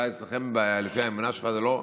אולי אצלכם, לפי האמונה שלך, זה לא.